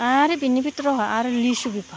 आरो बिनि बिथोराव आरो लिसु बिफां